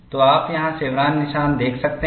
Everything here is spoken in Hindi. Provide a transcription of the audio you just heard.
तो आप यहाँ शेवरॉन निशान देख सकते हैं